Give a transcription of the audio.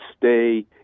stay